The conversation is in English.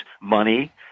money